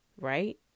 Right